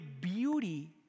beauty